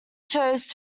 chose